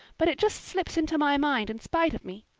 but it just slips into my mind in spite of me.